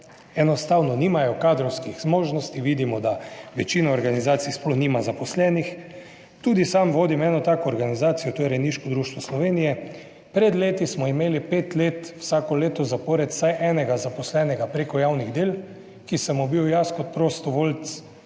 enostavno nimajo kadrovskih zmožnosti. Vidimo, da večina organizacij sploh nima zaposlenih, tudi sam vodim eno tako organizacijo, to je rejniško društvo Slovenije. Pred leti smo imeli pet let vsako leto zapored vsaj enega zaposlenega preko javnih del, ki sem mu bil jaz kot prostovoljec,